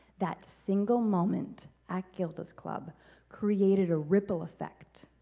that single moment at gilda's club created a ripple effect